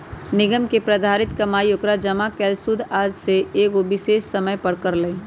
निगम के प्रतिधारित कमाई ओकर जमा कैल शुद्ध आय हई जे उ एगो विशेष समय पर करअ लई